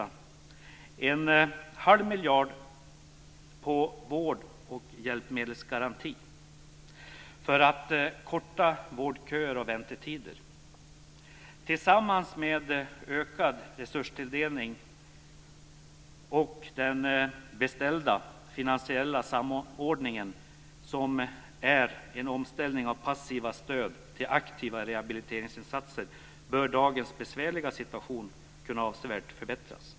Vi satsar en halv miljard kronor på en vård och hjälpmedelsgaranti för att korta vårdköer och väntetider. Tillsammans med ökad resurstilldelning och den begärda finansiella samordningen, som innebär en omställning av passiva stöd till aktiva rehabiliteringsinsatser, bör dagens besvärliga situation kunna avsevärt förbättras.